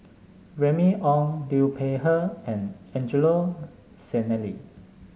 Remy Ong Liu Peihe and Angelo Sanelli